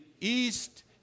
east